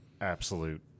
absolute